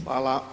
Hvala.